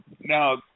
Now